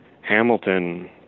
Hamilton